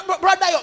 Brother